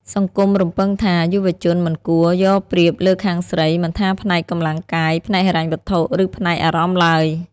សង្គមរំពឹងថា យុវជនមិនគួរ "យកប្រៀបលើខាងស្រី" មិនថាផ្នែកកម្លាំងកាយ ផ្នែកហិរញ្ញវត្ថុ ឬផ្នែកអារម្មណ៍ឡើយ។